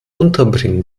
unterbringen